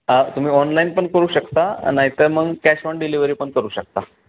हा तुम्ही ऑनलाईन पण करू शकता नाहीतर मग कॅश ऑन डिलिव्हरी पण करू शकता